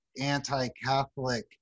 anti-Catholic